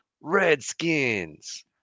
Redskins